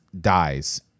dies